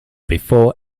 before